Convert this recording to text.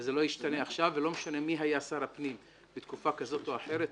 וזה לא ישתנה עכשיו ולא משנה מי היה שר הפנים בתקופה כזו או אחרת.